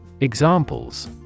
Examples